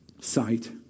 sight